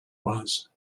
was